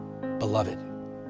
beloved